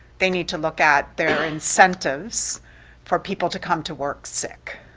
they need to look at their incentives for people to come to work sick.